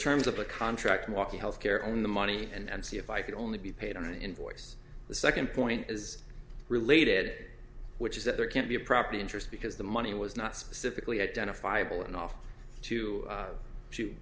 terms of the contract walking health care and the money and see if i could only be paid on an invoice the second point is related which is that there can't be a property interest because the money was not specifically identifiable and off to a